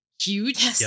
huge